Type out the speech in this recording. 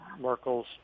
Merkel's